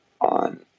on